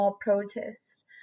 protests